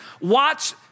watch